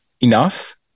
enough